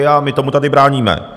A my tomu tady bráníme.